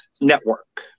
Network